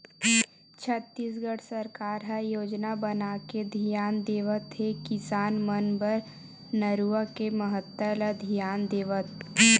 छत्तीसगढ़ सरकार ह योजना बनाके धियान देवत हे किसान मन बर नरूवा के महत्ता ल धियान देवत